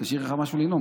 תשאיר לך משהו לנאום,